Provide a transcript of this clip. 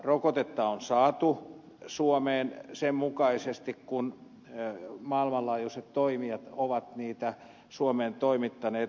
rokotetta on saatu suomeen sen mukaisesti kuin maailmanlaajuiset toimijat ovat sitä suomeen toimittaneet tilausjärjestyksessä